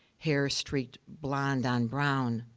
hair streaked blonde on brown.